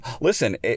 Listen